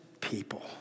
people